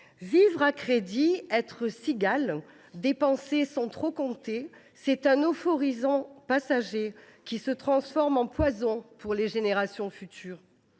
Vivre à crédit, être cigale, dépenser sans trop compter, c’est un euphorisant passager qui se transforme en poison pour les générations futures.